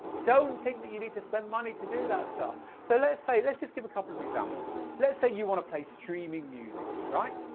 don't think that you need to spend money to do that stuff. so let's say, let's just give a couple of examples. let's say you wanna play streaming music, right?